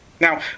Now